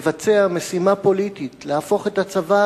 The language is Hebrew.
לבצע משימה פוליטית, להפוך את הצבא